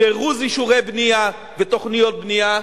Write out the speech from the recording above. זירוז אישורי בנייה ותוכניות בנייה,